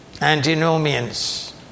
antinomians